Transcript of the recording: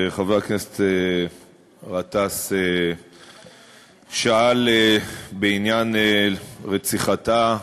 חבר הכנסת גטאס שאל בעניין רציחתה,